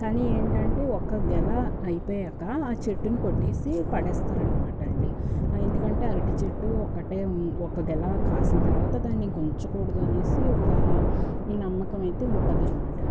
కానీ ఏంటంటే ఒక గెల అయిపోయాక ఆ చెట్టును కొట్టేసి పడేస్తారు అన్నమాట అండి ఎందుకంటే అరటి చెట్టు ఒకటే ఉం ఒక గెల కాసిన తర్వాత దాన్ని ఇంక ఉంచకూడదు అనేసి ఒక నమ్మకం అయితే ఉంటుంది అన్నమాట